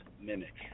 Mimic